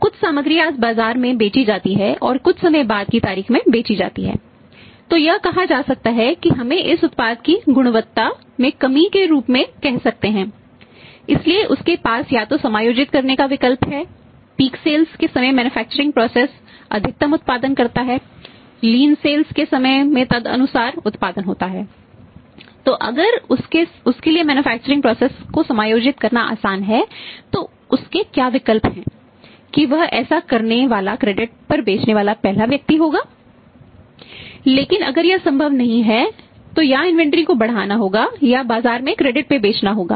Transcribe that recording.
कुछ सामग्री आज बाजार में बेची जाती है और कुछ समय बाद की तारीख में बेची जाती है तो यह कहा जा सकता है कि हम इसे उत्पाद की गुणवत्ता में कमी के रूप में कह सकते हैं इसलिए उसके पास या तो समायोजित करने का विकल्प है पीक सेल्स पर बेचने वाला पहला व्यक्ति होगा